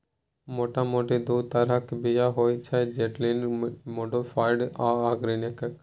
मोटा मोटी दु तरहक बीया होइ छै जेनेटिकली मोडीफाइड आ आर्गेनिक